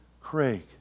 Craig